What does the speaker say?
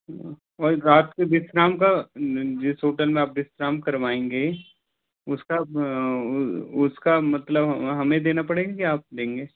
और रात के विश्राम का जिस होटल में आप विश्राम करवाएंगे उसका उसका मतलब हमें देना पड़ेगा कि क्या आप देंगे